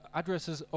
addresses